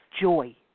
Joy